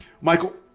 Michael